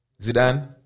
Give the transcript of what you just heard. Zidane